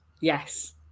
Yes